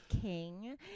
king